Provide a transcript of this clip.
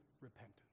repentance